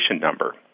number